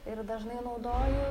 ir dažnai naudoju